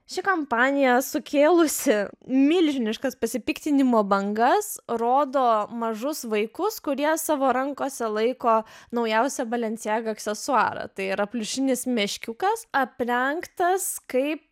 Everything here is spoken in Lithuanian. ši kampanija sukėlusi milžiniškas pasipiktinimo bangas rodo mažus vaikus kurie savo rankose laiko naujausią balencijaga aksesuarą tai yra pliušinis meškiukas aprengtas kaip